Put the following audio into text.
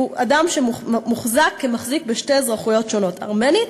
הוא אדם שמחזיק בשתי אזרחויות שונות: ארמנית,